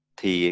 thì